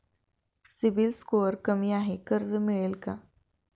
CIBIL score कमी आहे कर्ज मिळेल का?